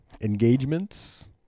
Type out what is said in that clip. engagements